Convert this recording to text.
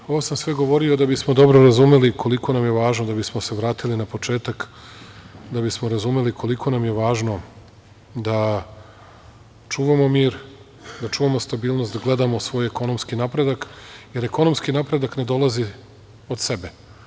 Sve ovo sam govorio da bismo dobro razumeli koliko nam je važno, da bismo se vratili na početak, da bismo razumeli koliko nam je važno da čuvamo mir, da čuvamo stabilnost, da gledamo svoj ekonomski napredak, jer ekonomski napredak ne dolazi od sebe.